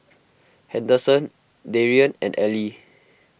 Henderson Darian and Elie